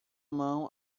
mão